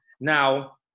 Now